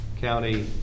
County